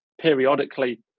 periodically